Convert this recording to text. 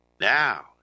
Now